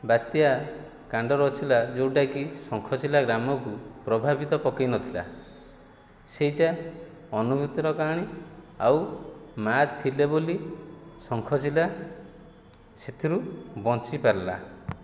ବାତ୍ୟା କାଣ୍ଡ ରଚିଲା ଯେଉଁଟାକି ଶଙ୍ଖଚିଲା ଗ୍ରାମକୁ ପ୍ରଭାବିତ ପକାଇ ନଥିଲା ସେଇଟା ଅନୁଭୂତିର କାହାଣୀ ଆଉ ମା ଥିଲେ ବୋଲି ଶଙ୍ଖଚିଲା ସେଥିରୁ ବଞ୍ଚିପାରିଲା